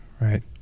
Right